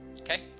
okay